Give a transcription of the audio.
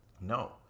No